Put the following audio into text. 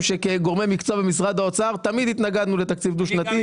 שכגורמי מקצוע במשרד האוצר תמיד התנגדנו לתקציב דו שנתי.